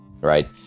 right